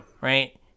Right